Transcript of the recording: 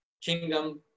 kingdom